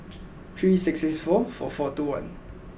three six six four four four two one